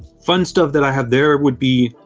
fun stuff that i have there would be,